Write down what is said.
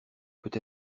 peut